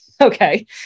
okay